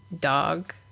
dog